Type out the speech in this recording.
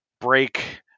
break